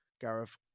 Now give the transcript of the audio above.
Gareth